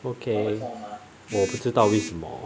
okay 我不知道为什么